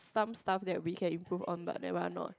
some stuff that we can improve on but that one I'm not